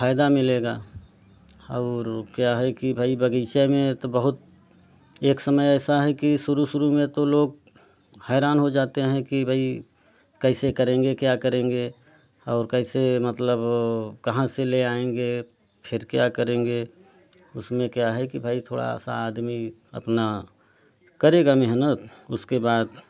फायदा मिलेगा और क्या है कि भाई बगीचा में है तो बहुत एक समय ऐसा है कि शुरू शुरू में तो लोग हैरान हो जाते हैं कि भाई कैसे करेंगे क्या करेंगे और कैसे मतलब कहाँ से ले आएँगे फ़िर क्या करेंगे उसमें क्या है कि भाई थोड़ा सा आदमी अपना करेगा मेहनत उसके बाद